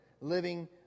living